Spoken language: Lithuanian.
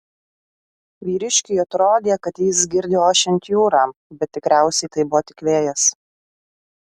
vyriškiui atrodė kad jis girdi ošiant jūrą bet tikriausiai tai buvo tik vėjas